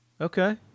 Okay